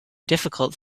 difficult